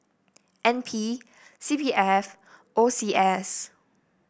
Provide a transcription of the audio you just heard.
N P C P F O C S